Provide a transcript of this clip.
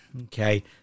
okay